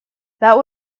that